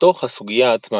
מתוך הסוגיה עצמה.